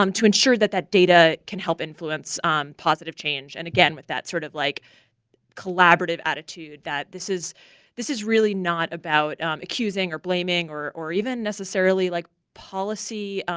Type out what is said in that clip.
um to ensure that that data can help influence positive change and again, with that sort of like collaborative attitude, that this is this is really not about accusing or blaming or or even necessarily like policy